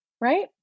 Right